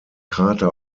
krater